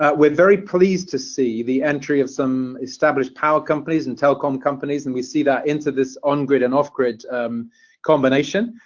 ah we're very pleased to see the entry of some established power companies and telecom companies, and we see that into this on-grid and off-grid combination.